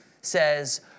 says